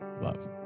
Love